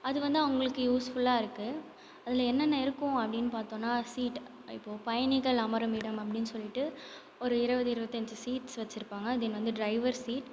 அது வந்து அவங்களுக்கு யூஸ்ஃபுல்லாக இருக்குது அதில் என்னென்ன இருக்கும் அப்படின்னு பார்த்தோம்னா சீட் இப்போது பயணிகள் அமரும் இடம் அப்படின்னு சொல்லிட்டு ஒரு இருபது இருபத்தஞ்சி சீட்ஸ் வச்சிருப்பாங்க தென் வந்து டிரைவர் சீட்